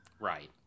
right